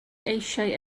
eisiau